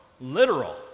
literal